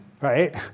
right